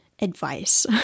advice